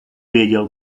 věděl